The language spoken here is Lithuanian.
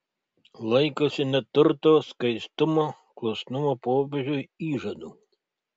laikosi neturto skaistumo klusnumo popiežiui įžadų